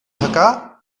höcker